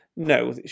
No